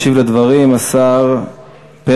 ישיב על הדברים השר פרי,